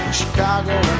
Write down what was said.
Chicago